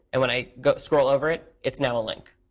and when i scroll over it, it's now a link.